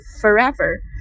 forever